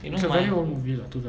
you know my